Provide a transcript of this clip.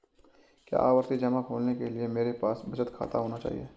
क्या आवर्ती जमा खोलने के लिए मेरे पास बचत खाता होना चाहिए?